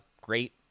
great